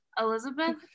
Elizabeth